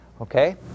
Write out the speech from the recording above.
Okay